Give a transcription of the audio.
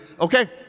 Okay